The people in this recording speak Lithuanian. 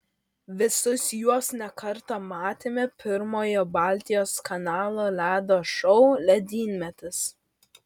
visus juos ne kartą matėme pirmojo baltijos kanalo ledo šou ledynmetis